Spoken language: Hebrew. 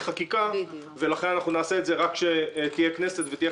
חקיקה ולכן אנחנו נעשה את זה רק כשתהיה כנסת ותהיה